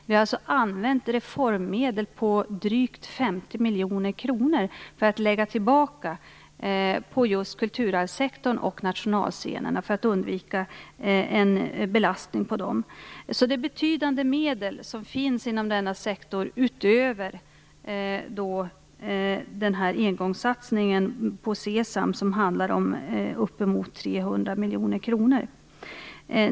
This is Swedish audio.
Vi har tagit reformmedel på drygt 50 miljoner kronor och lagt tillbaka det på kulturarvssektorn och nationalscenerna för att undvika en belastning på dem. Det finns alltså betydande medel inom denna sektor, utöver engångssatsningen på SESAM som handlade om uppemot 300 miljoner kronor.